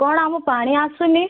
କଣ ଆମ ପାଣି ଆସୁନି